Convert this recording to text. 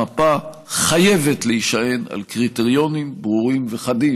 המפה חייבת להישען על קריטריונים ברורים וחדים.